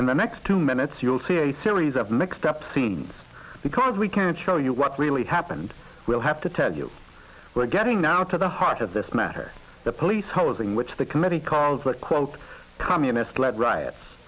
in the next two minutes you'll see a series of mixed up scenes because we can't show you what really happened we'll have to tell you we're getting now to the heart of this matter the police housing which the committee calls that quote communist led riots